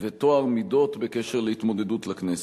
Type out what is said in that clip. וטוהר המידות בהקשר של התמודדות לכנסת.